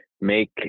make